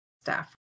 staff